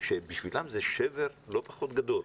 שבשבילם זה שבר לא פחות גדול,